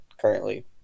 currently